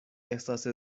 احساس